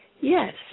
yes